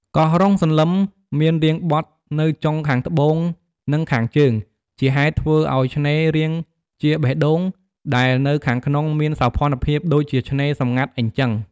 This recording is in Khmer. កោះរ៉ុងសន្លឹម មានរាងបត់នៅចុងខាងត្បូងនិងខាងជើង ជាហេតុធ្វើអោយឆ្នេររាងជាបេះដូងដែលនៅខាងក្នុងមានសោភណ្ឌភាពដូចជាឆ្នេរសំងាត់អញ្ចឹង។